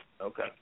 Okay